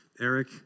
Eric